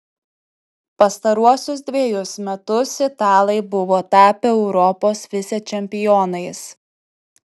pastaruosius dvejus metus italai buvo tapę europos vicečempionais